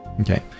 Okay